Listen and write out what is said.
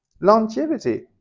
longevity